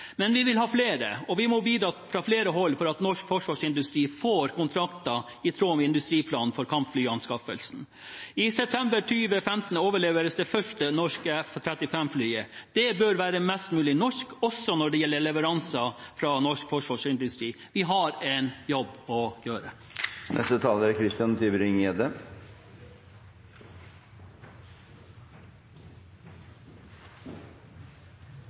Men vi vil ha flere, og vi må bidra fra flere hold for at norsk forsvarsindustri får kontrakter i tråd med industriplanen for kampflyanskaffelsen. I september 2015 overleveres det første norske F-35-flyet. Det bør være mest mulig norsk også når det gjelder leveranser fra norsk forsvarsindustri. Vi har en jobb å